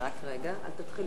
אורלי,